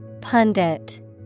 Pundit